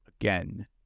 again